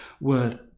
word